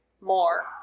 More